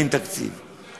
אין תקציב,